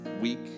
week